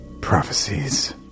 prophecies